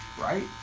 right